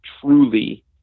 truly